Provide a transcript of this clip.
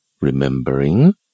Remembering